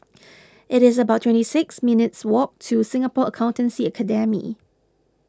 it's about twenty six minutes' walk to Singapore Accountancy Academy